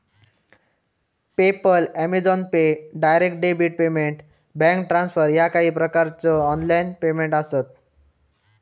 PayPal, Amazon pay, direct debit payment, bank transfer ह्या काही प्रकारचो ऑनलाइन पेमेंट आसत